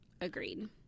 Agreed